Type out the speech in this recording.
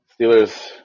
Steelers